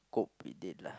cope with it lah